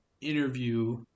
interview